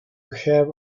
have